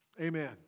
Amen